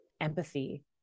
empathy